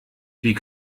wie